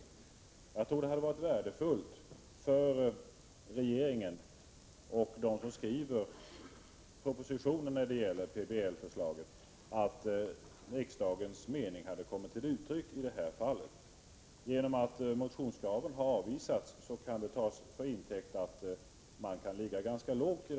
Jag tror att det hade varit värdefullt för regeringen och för dem som skriver propositioner när det gäller PBL-förslaget att riksdagens mening hade kommit till uttryck i det här fallet. Om motionskraven avvisas kan det tas till intäkt för att man kan ligga lågt i dessa frågor.